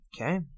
Okay